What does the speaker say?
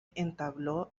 entabló